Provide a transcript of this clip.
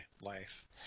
life